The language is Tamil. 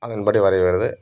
அதன் படி வரைவது